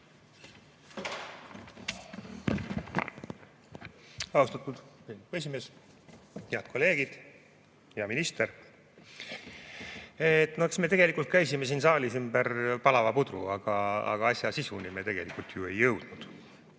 Austatud esimees! Head kolleegid! Hea minister! No eks me käisime siin saalis nagu ümber palava pudru, aga asja sisuni me tegelikult ju ei jõudnud.